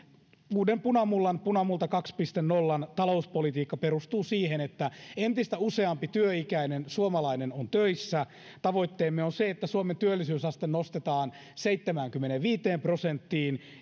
uuden punamullan punamulta kaksi piste nollan talouspolitiikka perustuu siihen että entistä useampi työikäinen suomalainen on töissä tavoitteemme on se että suomen työllisyysaste nostetaan seitsemäänkymmeneenviiteen prosenttiin